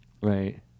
Right